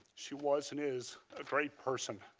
she was and is a great person.